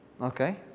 Okay